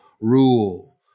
rule